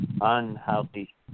unhealthy